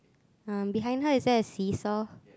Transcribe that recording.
um behind her is there a seesaw